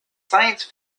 science